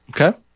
Okay